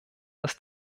dass